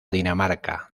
dinamarca